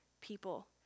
people